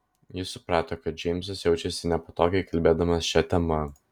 ji suprato kad džeimsas jaučiasi nepatogiai kalbėdamas šia tema